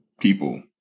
people